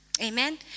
Amen